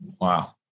Wow